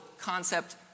concept